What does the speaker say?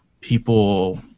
people